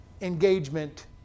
engagement